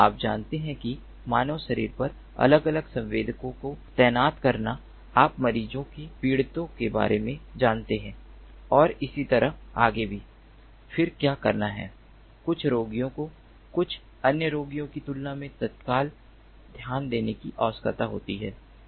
आप जानते हैं कि मानव शरीर पर अलग अलग संवेदकों को तैनात करना आप मरीजों के पीड़ितों के बारे में जानते हैं और इसी तरह आगे भी फिर क्या करना है कुछ रोगियों को कुछ अन्य रोगियों की तुलना में तत्काल ध्यान देने की आवश्यकता होती है